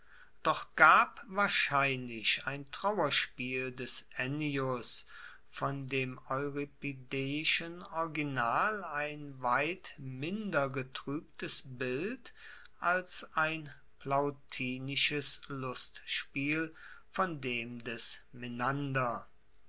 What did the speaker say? doch gab wahrscheinlich ein trauerspiel des ennius von dem euripideischen original ein weit minder getruebtes bild als ein plautinisches lustspiel von dem des menander